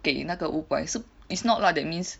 给那个五百 so it's not lah that means